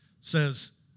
says